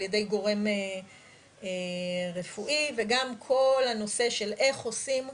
ע"י גורם רפואי וגם כל הנושא של איך עושים,